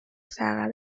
saga